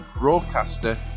broadcaster